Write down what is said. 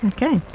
Okay